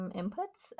inputs